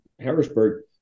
Harrisburg